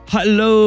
Hello